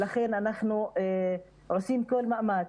לכן אנחנו עושים כל מאמץ,